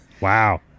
wow